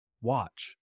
Watch